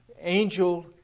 angel